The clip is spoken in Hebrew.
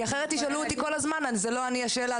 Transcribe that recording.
כי אחרת יגידו לי כל הזמן: לא אלי השאלה,